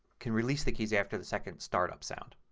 can release the keys after the second startup sound.